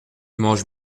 manges